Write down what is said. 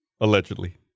Allegedly